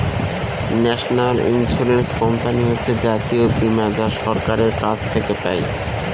national insurance company হচ্ছে জাতীয় বীমা যা সরকারের কাছ থেকে পাই